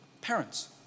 parents